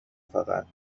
فقط